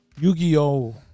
Yu-Gi-Oh